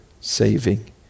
saving